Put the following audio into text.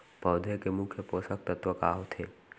पौधे के मुख्य पोसक तत्व का होथे?